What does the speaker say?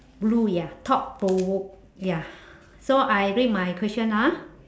blue ya thought provo~ ya so I read my question ah